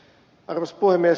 arvoisa puhemies